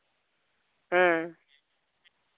ᱦᱮᱸ